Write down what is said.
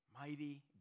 Mighty